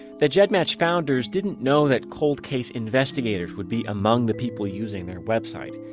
the gedmatch founders didn't know that cold case investigators would be among the people using their website.